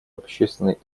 общественной